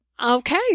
Okay